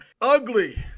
ugly